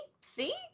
see